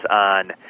on